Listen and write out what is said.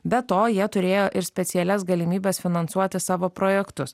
be to jie turėjo ir specialias galimybes finansuoti savo projektus